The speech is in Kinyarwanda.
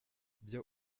byo